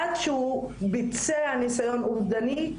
עד שהוא ביצע ניסיון אובדני,